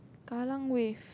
Kallang wave